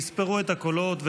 יספרו את הקולות,